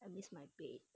I miss my bed